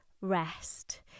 rest